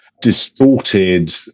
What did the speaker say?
distorted